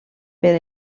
per